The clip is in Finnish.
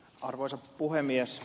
arvoisa puhemies